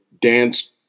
dance